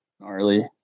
gnarly